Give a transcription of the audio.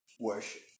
worship